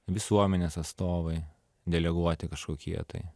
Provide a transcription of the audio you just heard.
visuomenės atstovai deleguoti kažkokie tai